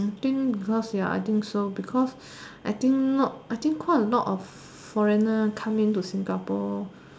I think because ya I think so because I think not I think quite a lot of foreigners come into Singapore